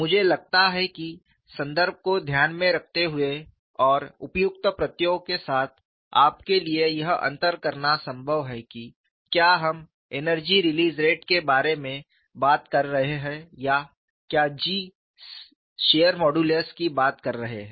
मुझे लगता है कि संदर्भ को ध्यान में रखते हुए और उपयुक्त प्रत्ययों के साथ आपके लिए यह अंतर करना संभव है कि क्या हम एनर्जी रिलीज़ रेट के बारे में बात कर रहे हैं या क्या G शियर मॉडुलस की बात कर रहा है